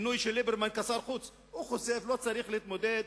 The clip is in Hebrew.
המינוי של ליברמן לשר החוץ חושף, לא צריך להתמודד,